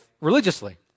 religiously